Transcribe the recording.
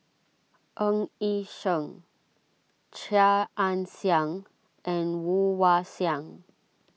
Ng Yi Sheng Chia Ann Siang and Woon Wah Siang